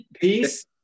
peace